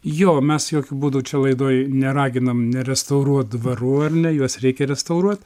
jo mes jokiu būdu čia laidoj neraginam nerestauruot dvarų ar ne juos reikia restauruot